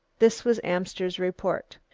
this was amster's report.